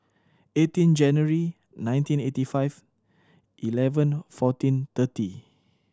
eighteen January nineteen eighty five eleven fourteen thirty